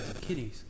kitties